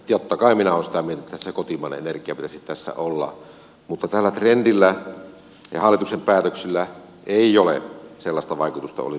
totta kai minä olen sitä mieltä että tässä pitäisi se kotimainen energia olla mutta tällä trendillä ja hallituksen päätöksillä ei ole sellaista vaikutusta ollut kuin te sanotte